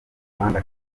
rwanda